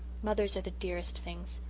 mothers are the dearest things.